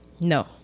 No